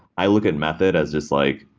i look at method as just like,